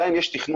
גם אם יש תכנון,